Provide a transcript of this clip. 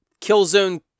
Killzone